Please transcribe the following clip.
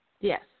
Yes